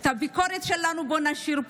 את הביקורת שלנו בואו נשאיר פה.